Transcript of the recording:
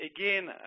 again